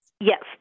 Yes